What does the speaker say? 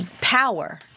power